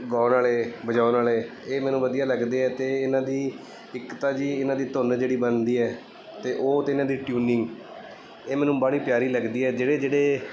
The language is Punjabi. ਗਾਉਣ ਵਾਲੇ ਵਜਾਉਣ ਵਾਲੇ ਇਹ ਮੈਨੂੰ ਵਧੀਆ ਲੱਗਦੇ ਆ ਅਤੇ ਇਹਨਾਂ ਦੀ ਇੱਕ ਤਾਂ ਜੀ ਇਹਨਾਂ ਦੀ ਧੁੰਨ ਜਿਹੜੀ ਬਣਦੀ ਹੈ ਅਤੇ ਉਹ ਅਤੇ ਇਹਨਾਂ ਦੀ ਟਿਊਨਿੰਗ ਇਹ ਮੈਨੂੰ ਬੜੀ ਪਿਆਰੀ ਲੱਗਦੀ ਹੈ ਜਿਹੜੇ ਜਿਹੜੇ